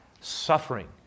Suffering